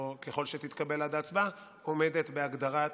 או ככל שתתקבל עד ההצבעה, עומדת בהגדרת